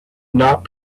not